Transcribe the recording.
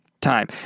time